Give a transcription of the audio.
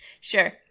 Sure